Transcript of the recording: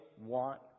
want